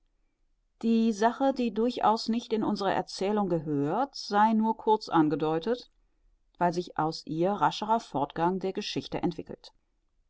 die sache die durchaus nicht in unsere erzählung gehört sei nur kurz angedeutet weil sich aus ihr rascherer fortgang der geschichte entwickelt